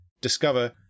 discover